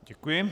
Děkuji.